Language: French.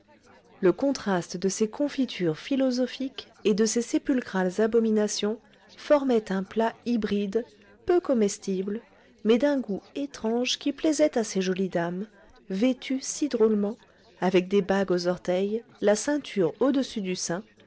le contraste de ces confitures philosophiques et de ces sépulcrales abominations formait un plat hybride peu comestible mais d'un goût étrange qui plaisait à ces jolies dames vêtues si drôlement avec des bagues aux orteils la ceinture au-dessus du sein